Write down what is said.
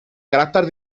caràcter